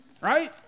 Right